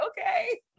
Okay